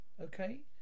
Okay